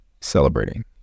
celebrating